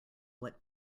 what